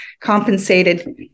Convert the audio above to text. compensated